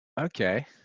Okay